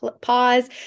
pause